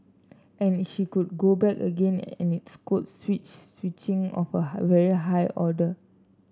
and she could go back again and it's code switch switching of a very high order